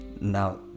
Now